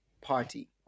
party